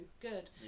good